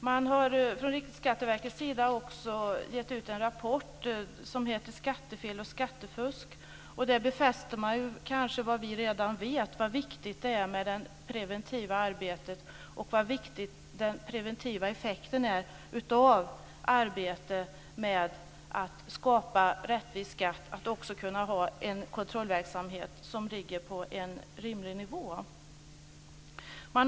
Man har från Riksskatteverkets sida också gett ut en rapport som heter Skattefel och skattefusk. Där befäster man vad vi redan vet, nämligen hur viktigt det är med det preventiva arbetet. Den preventiva effekten av arbete med att skapa en rättvis skatt och att också kunna ha en kontrollverksamhet som ligger på en rimlig nivå är viktig.